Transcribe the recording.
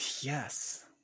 Yes